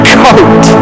coat